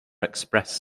express